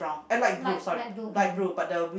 light light blue